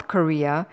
Korea